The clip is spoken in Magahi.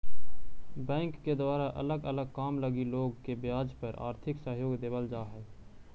बैंक के द्वारा अलग अलग काम लगी लोग के ब्याज पर आर्थिक सहयोग देवल जा हई